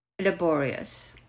laborious